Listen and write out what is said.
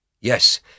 Yes